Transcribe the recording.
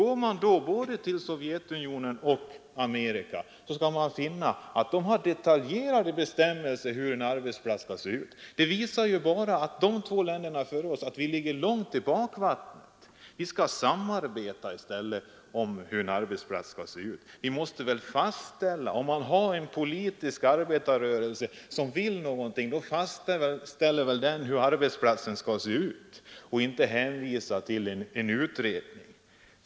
Men om vi ser på förhållandena i Sovjetunionen eller i Amerika, så skall vi finna att man där har detaljerade bestämmelser om hur en arbetsplats skall se ut. Det visar ju att vi här i Sverige ligger långt efter de båda länderna på detta område. Här skall vi samarbeta om hur en arbetsplats skall se ut. Om vi har en politisk arbetarrörelse som vill någonting, så skall väl den fastställa hur arbetsplatsen skall se ut, inte hänvisa till en utredning.